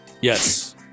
Yes